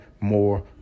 more